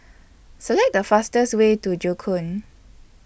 Select The fastest Way to Joo Koon